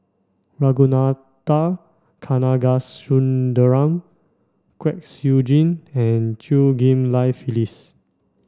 Ragunathar Kanagasuntheram Kwek Siew Jin and Chew Ghim Lian Phyllis